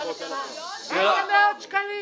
--- איזה מאות שקלים?